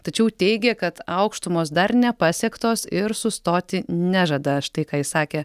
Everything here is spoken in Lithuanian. tačiau teigia kad aukštumos dar nepasiektos ir sustoti nežada štai ką jis sakė